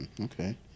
okay